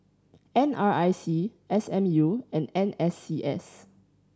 N R I C S M U and N S C S